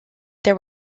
there